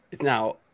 Now